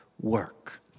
work